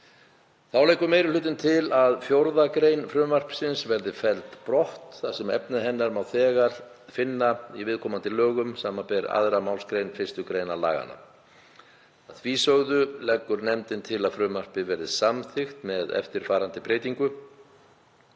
Þá leggur meiri hlutinn til að 4. gr. frumvarpsins verði felld brott þar sem efni hennar má nú þegar finna í viðkomandi lögum, samanber 2. mgr. 1. gr. laganna. Að því sögðu leggur nefndin til að frumvarpið verði samþykkt með eftirfarandi breytingu: